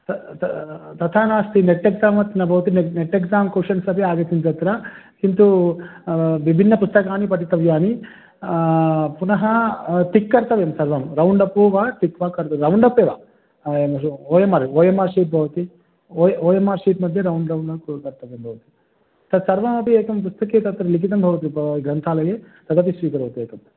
त त तथा नास्ति नेट् एग्साम् वत् ने नेट् एग्सां कोशन्स् अपि आगच्छन्ति तत्र किन्तु विभिन्नपुस्तकानि पठितव्यानि पुनः टिक् कर्तव्यं सर्वं रौण्डप्पु वा टिक् वा कर्त रौण्ड् अप् एव O M R O M R sheet भवति O O M R sheet मध्ये रौण्ड् रौण्ड् कर्तव्यं भवति तत्सर्वमपि एकं पुस्तके तत्र लिखितं भवति भोः ग्रन्थालये तदपि स्विकरोतु एकं